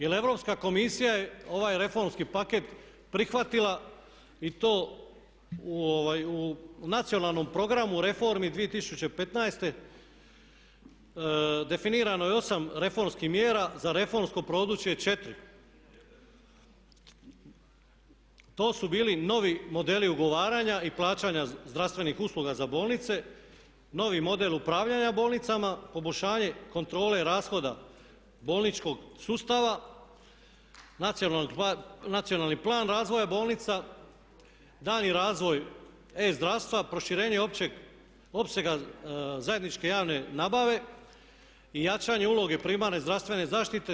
Jer Europska komisija je ovaj reformski paket prihvatila i to u nacionalnom programu reformi 2015. definirano je 8 reformskih mjera za reformsko područje 4. To su bili novi modeli ugovaranja i plaćanja zdravstvenih usluga za bolnice, novi model upravljanja bolnicama, poboljšanje kontrole rashoda bolničkog sustava, nacionalni plan razvoja bolnica, daljnji razvoj e-zdravstva, proširenje općeg opsega zajedničke javne nabave i jačanje uloge primarne zdravstvene zaštite.